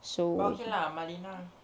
but okay lah malinah